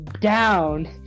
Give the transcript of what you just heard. down